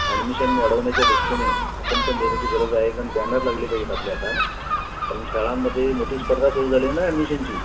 admission वाढवण्याच्या दृष्टीने आपण पण देण्याची गरज आहे कारण ब्यानच लागली पाहिजेत आपल्या आता कारण शाळांमध्ये मोठी स्पर्धा सुरू झाली आहे ना ॲडमिशनची